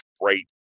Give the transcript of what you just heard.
great